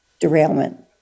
derailment